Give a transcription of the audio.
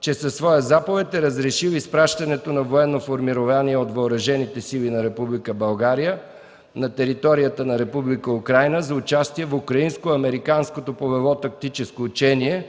че със своя заповед е разрешил изпращането на военно формирование от Въоръжените сили на Република България на територията на Република Украйна за участие в Украинско-американското полево тактическо учение